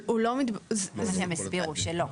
הוא לא מתבצע --- זה מה שהם הסבירו - שלא.